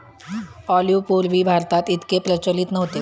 olive पूर्वी भारतात इतके प्रचलित नव्हते